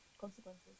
consequences